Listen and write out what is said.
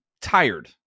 tired